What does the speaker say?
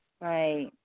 right